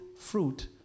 Fruit